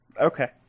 Okay